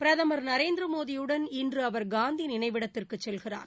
பிரதமர் நரேந்திரமோடியுடன் இன்று அவர் காந்தி நினைவிடத்திற்குச் செல்கிறார்